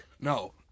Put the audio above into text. No